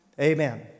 Amen